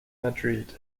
madrid